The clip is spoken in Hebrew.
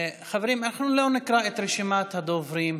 חברים, אנחנו לא נקרא את רשימת הדוברים.